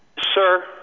Sir